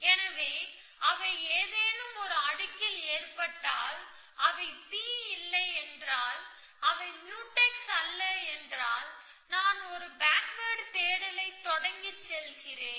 எனவே அவை ஏதேனும் ஒரு அடுக்கில் ஏற்பட்டால் அவை P இல்லை என்றால் அவை முயூடெக்ஸ் அல்ல என்றால் நான் ஒரு ஃபாக்வேர்டு தேடலை தொடங்கி சொல்கிறேன்